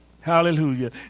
Hallelujah